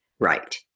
Right